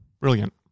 Brilliant